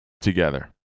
together